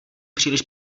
příliš